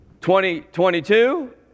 2022